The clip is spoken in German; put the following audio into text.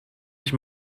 ich